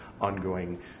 ongoing